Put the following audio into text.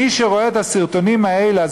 מי שרואה את הסרטונים האלה,